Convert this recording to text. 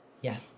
Yes